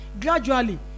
gradually